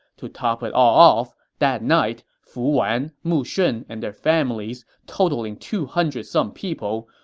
to top it all off, that night, fu wan, mu shun, and their families, totaling two hundred some people,